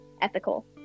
ethical